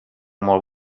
molt